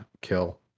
kill